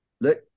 look